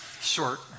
short